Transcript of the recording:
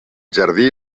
jardí